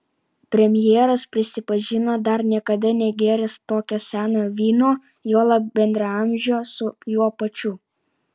premjeras prisipažino dar niekada negėręs tokio seno vyno juolab bendraamžio su juo pačiu